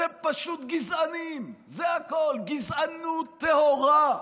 אתם פשוט גזענים, זה הכול, גזענות טהורה,